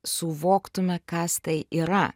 suvoktume kas tai yra